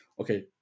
okay